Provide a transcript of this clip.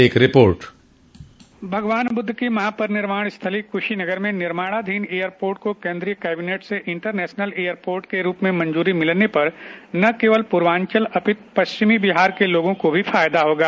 एक रिपोर्ट भगवान बुद्ध की महापरिनिर्वाण स्थली कुशीनगर में निर्माणाधीन एयरपोर्ट को केन्द्रीय कैबिनेट से इंटरनेशनल एयरपोर्ट के रूप में मंजूरी मिलने पर न केवल पूर्वांचल अपितू पश्चिमी बिहार के लोगों को भी फायदा होगा